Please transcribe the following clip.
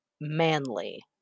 manly